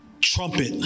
trumpet